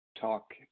talk